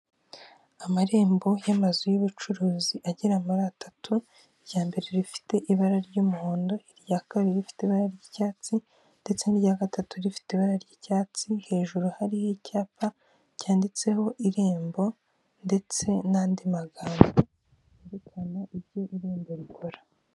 Amarembo y'amazu y'ubucuruzi agera muri atatu, irya mbere rifite ibara ry'umuhondo, irya kabiri rifite ibara ry'icyatsi ndetse n'irya gatatu rifite ibara ry'icyatsi, hejuru hariho icyapa cyanditseho irembo ndetse n'andi magambo yerekana ibyo irembo rikora.